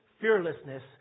fearlessness